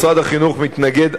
משרד החינוך מתנגד,